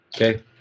Okay